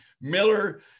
Miller